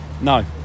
No